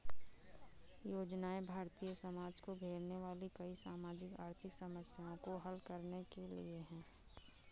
योजनाएं भारतीय समाज को घेरने वाली कई सामाजिक आर्थिक समस्याओं को हल करने के लिए है